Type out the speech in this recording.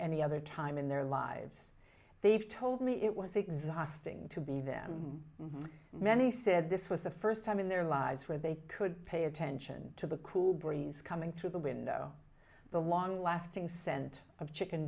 any other time in their lives they've told me it was exhausting to be them and many said this was the first time in their lives where they could pay attention to the cool breeze coming through the window the long lasting scent of chicken